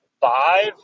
five